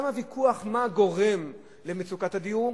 גם הוויכוח מה גורם למצוקת הדיור,